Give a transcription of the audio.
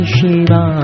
Shiva